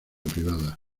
privada